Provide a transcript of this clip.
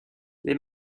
les